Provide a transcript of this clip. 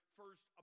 first